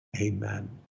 amen